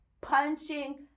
punching